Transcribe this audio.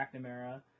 McNamara